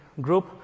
group